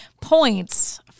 points